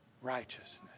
righteousness